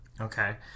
Okay